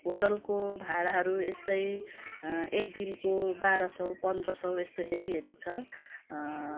होटेलको भाडाहरू यस्तै एक दिनको बाह्र सय पन्ध्र सय यस्तो हेरी हेरी छ